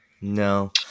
No